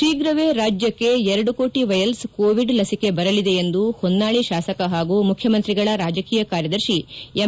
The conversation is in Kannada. ಶೀಘವೇ ರಾಜ್ಲಕ್ಷೆ ಎರಡು ಕೋಟ ವಯಲ್ಷ್ ಕೋವಿಡ್ ಲಸಿಕೆ ಬರಲಿದೆ ಎಂದು ಹೊನ್ನಾಳಿ ಶಾಸಕ ಹಾಗೂ ಮುಖ್ಚಮಂತ್ರಿಗಳ ರಾಜಕೀಯ ಕಾರ್ಯದರ್ಶಿ ಎಂ